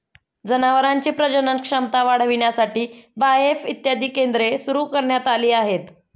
जनावरांची प्रजनन क्षमता वाढविण्यासाठी बाएफ इत्यादी केंद्रे सुरू करण्यात आली आहेत